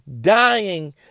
dying